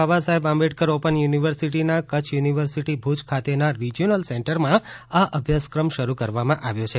બાબા Saheb Ambedkar open યુનિવર્સિટીના Kutch university Bhuj ખાતેના regional સેન્ટરમાં આ અભ્યાસક્રમ શરૂ કરવામાં આવ્યો છે